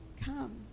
come